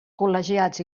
col·legiats